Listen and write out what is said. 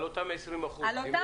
על אותם 20 אחוזים.